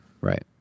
Right